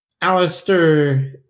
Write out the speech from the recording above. Alistair